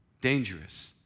dangerous